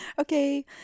okay